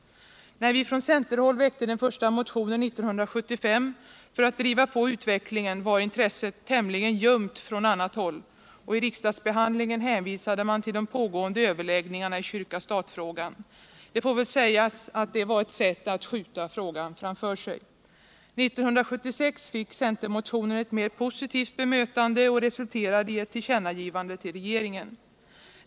När vi från centerhåll väckte den första motionen 1975 för att driva på utvecklingen var intresset tämligen ljumt från annat håll, och i riksdagsbehandlingen hänvisade man till de pågående överläggningarna i kyrka-statfrågan. Det får väl sägas att det var ett sätt att skjuta frågan framför sig. 1976 fick centermotionen ett mer positivt bemötande och resulterade i ett tillkännagivande till regeringen.